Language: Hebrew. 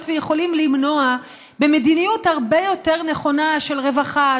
ויכולים למנוע במדיניות הרבה יותר נכונה של רווחה,